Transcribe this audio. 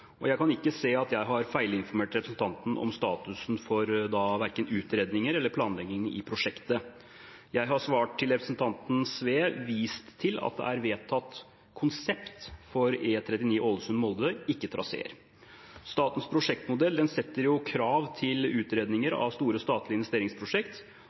og jeg kan ikke se at jeg har feilinformert representanten om statusen for verken utredninger eller planleggingen i prosjektet. Jeg har i svar til representanten Sve vist til at det er vedtatt konsept for E39 Ålesund–Molde, ikke traseer. Statens prosjektmodell setter krav til utredninger